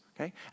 okay